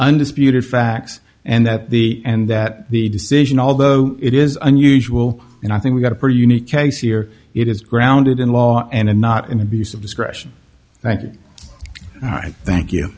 undisputed facts and that the and that the decision although it is unusual and i think we've got a pretty unique case here it is grounded in law and not an abuse of discretion thank you all right thank you